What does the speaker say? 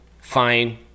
Fine